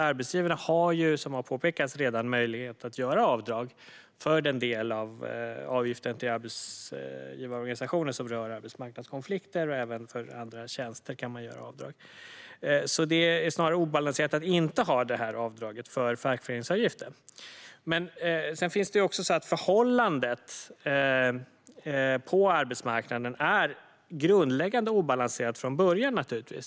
Arbetsgivarna, som redan har påpekats, har möjlighet att göra avdrag för den del av avgiften till arbetsgivarorganisationer som rör arbetsmarknadskonflikter och även för andra tjänster. Det är snarare obalanserat att inte ha det här avdraget för fackföreningsavgiften. Förhållandet på arbetsmarknaden är grundläggande obalanserat från början.